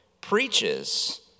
preaches